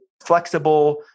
flexible